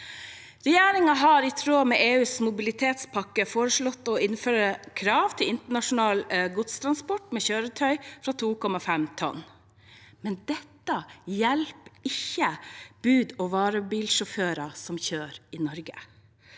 Regjeringen har i tråd med EUs mobilitetspakke foreslått å innføre krav til internasjonal godstransport med kjøretøy fra 2,5 tonn, men det hjelper ikke bud- og varebilsjåfører som kjører i Norge.